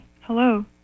hello